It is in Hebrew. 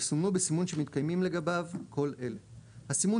יסומן בסימון שמתקיימים לגביו כל אלה: הסימון